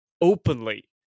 openly